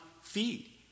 feed